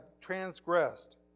transgressed